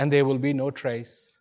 and there will be no trace